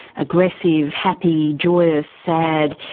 aggressive, happy, joyous, sad.